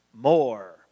more